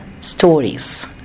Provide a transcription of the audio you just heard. stories